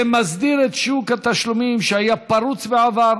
שמסדיר את שוק התשלומים שהיה פרוץ בעבר,